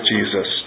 Jesus